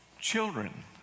Children